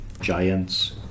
giants